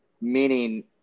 meaning